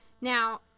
Now